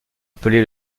appelé